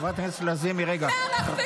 חברת הכנסת לזימי, רגע.